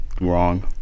wrong